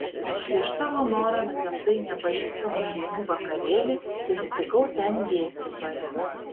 prieš savo norą nutempta į nepažįstamų žmonių vakarėlį susitikau ten dėstytoją